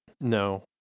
No